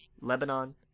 Lebanon